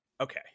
Okay